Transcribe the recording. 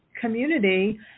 community